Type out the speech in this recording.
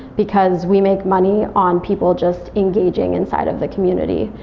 because we make money on people just engaging inside of the community.